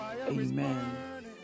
Amen